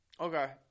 Okay